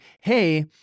Hey